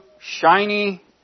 shiny